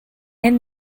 and